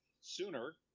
sooner